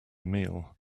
meal